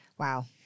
Wow